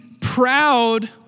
proud